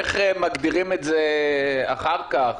איך מגדירים את זה אחר כך?